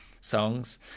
songs